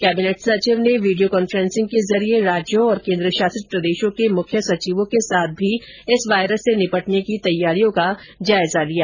cabinet सचिव ने video conferencing के जरिए राज्यों और केंद्र शासित प्रदेशों के मुख्य सचिवों के साथ भी इस वायरस से निपटने की तैयारियों का जायजा लिया